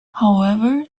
however